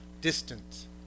distant